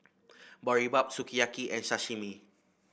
Boribap Sukiyaki and Sashimi